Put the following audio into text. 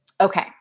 okay